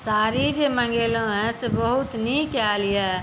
साड़ी जे मंगेलहुॅं ऐॅं से बहुत नीक आयल यऽ